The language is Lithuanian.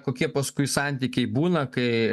kokie paskui santykiai būna kai